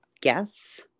guess